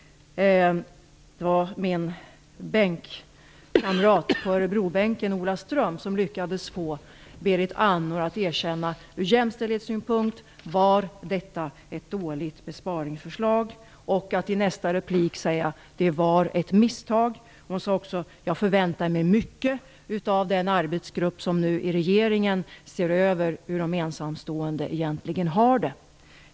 Det var min bänkkamrat på Örebrobänken, Ola Ström, som lyckades få Berit Andnor att erkänna att detta ur jämställdhetssynpunkt var ett dåligt besparingsförslag. I nästa replik sade hon att det var ett misstag. Hon sade också att hon förväntade sig mycket av den arbetsgrupp i regeringen som ser över hur de ensamstående egentligen har det.